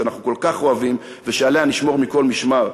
שאנחנו כל כך אוהבים ושעליה נשמור מכל משמר.